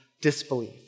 disbelief